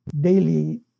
daily